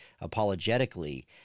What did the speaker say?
apologetically